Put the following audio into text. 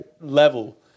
level